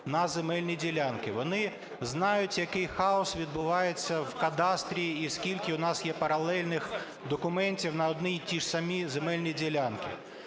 на земельні ділянки. Вони знають, який хаос відбувається в кадастрі і скільки у нас є паралельних документів на одні і ті ж самі земельні ділянки.